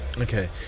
okay